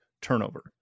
turnover